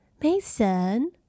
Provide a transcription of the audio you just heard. Mason